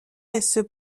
laissent